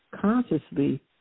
consciously